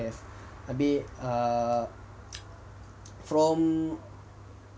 abeh err from